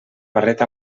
barret